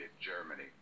Germany